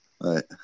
Right